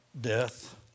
Death